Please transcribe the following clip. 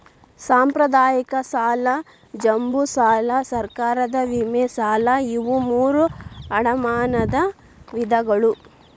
ಸಾಂಪ್ರದಾಯಿಕ ಸಾಲ ಜಂಬೂ ಸಾಲಾ ಸರ್ಕಾರದ ವಿಮೆ ಸಾಲಾ ಇವು ಮೂರೂ ಅಡಮಾನದ ವಿಧಗಳು